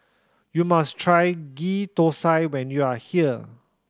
you must try Ghee Thosai when you are here